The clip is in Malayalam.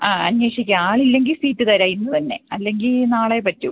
ആ അന്വേഷിക്കാം ആളില്ലെങ്കിൽ സീറ്റ് തരാം ഇന്ന് തന്നെ അല്ലെങ്കിൽ നാളെ പറ്റൂ